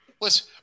Listen